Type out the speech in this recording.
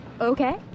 okay